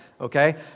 okay